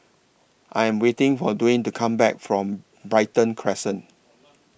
I Am waiting For Dwayne to Come Back from Brighton Crescent